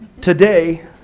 Today